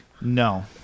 no